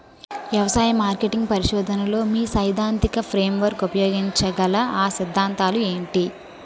వ్యవసాయ మార్కెటింగ్ పరిశోధనలో మీ సైదాంతిక ఫ్రేమ్వర్క్ ఉపయోగించగల అ సిద్ధాంతాలు ఏంటి?